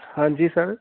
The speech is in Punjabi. ਹਾਂਜੀ ਸਰ